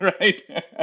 Right